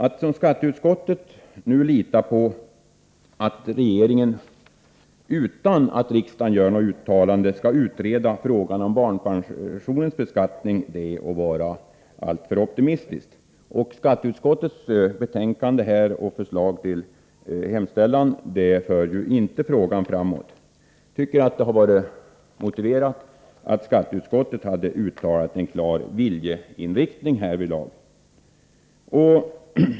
Att som skatteutskottet nu lita på att regeringen utan att riksdagen gör något uttalande skall låta utreda frågan om barnpensionens beskattning är att vara alltför optimistisk. Skatteutskottets betänkande och hemställan för inte frågan framåt. Jag tycker att det hade varit motiverat att skatteutskottet uttalat en klar viljeinriktning härvidlag.